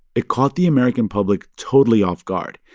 it caught the american public totally off guard.